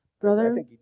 Brother